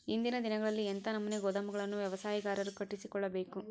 ಇಂದಿನ ದಿನಗಳಲ್ಲಿ ಎಂಥ ನಮೂನೆ ಗೋದಾಮುಗಳನ್ನು ವ್ಯವಸಾಯಗಾರರು ಕಟ್ಟಿಸಿಕೊಳ್ಳಬೇಕು?